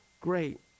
great